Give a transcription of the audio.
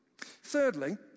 Thirdly